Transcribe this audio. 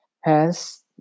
Hence